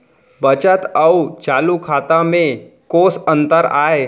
बचत अऊ चालू खाता में कोस अंतर आय?